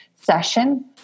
session